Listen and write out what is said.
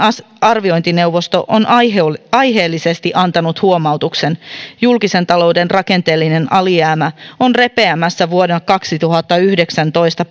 arviointineuvosto on aiheellisesti aiheellisesti antanut huomautuksen julkisen talouden rakenteellinen alijäämä on repeämässä vuonna kaksituhattayhdeksäntoista